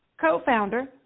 co-founder